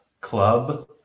club